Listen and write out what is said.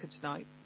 tonight